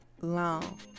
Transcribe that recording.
long